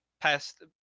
past